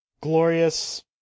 glorious